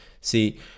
See